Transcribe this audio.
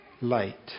light